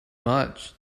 much